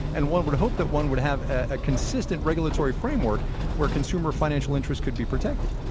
and one would hope that one would have a consistent regulatory framework where consumer financial interest could be protected